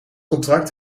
contract